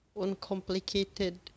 Uncomplicated